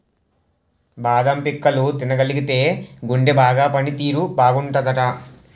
బాదం పిక్కలు తినగలిగితేయ్ గుండె బాగా పని తీరు బాగుంటాదట